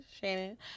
Shannon